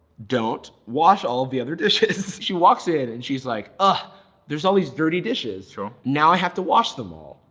don't wash all the other dishes. she walks in and she's like, ah there's all these dirty dishes sure. now i have to wash them all.